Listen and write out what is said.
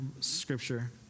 scripture